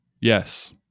Yes